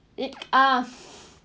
it ah